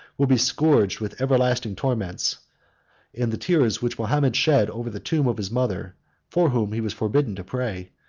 will be scourged with everlasting torments and the tears which mahomet shed over the tomb of his mother for whom he was forbidden to pray,